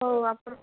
ହଉ ଆପଣ